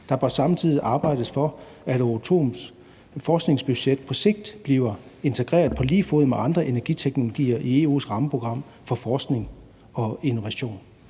Der bør samtidig arbejdes for, at Euratoms forskningsbudget på sigt bliver integreret på lige fod med andre energiteknologier i EU’s rammeprogram for forskning og innovation.«